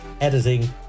editing